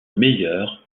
meilleurs